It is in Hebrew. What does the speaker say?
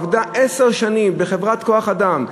עבדה עשר שנים בחברת כוח-אדם,